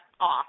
off